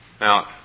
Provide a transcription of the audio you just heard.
Now